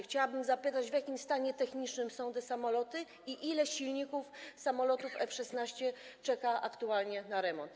Chciałabym zapytać, w jakim stanie technicznym są te samoloty i ile silników samolotów F-16 czeka aktualnie na remont.